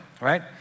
right